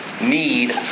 need